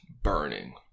burning